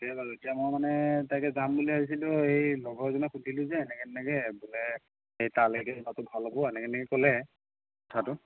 ঠিকেই বাৰু এতিয়া মই মানে তাকে যাম বুলি ভাবিছিলোঁ এই লগৰজনক সুধিলোঁ যে এনেকৈ এনেকৈ বোলে এই তালৈকে যোৱাটো ভাল হ'ব এনেকৈ ক'লে কথাটো